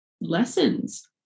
lessons